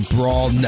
Brawl